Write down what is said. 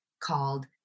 called